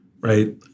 right